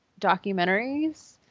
documentaries